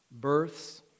births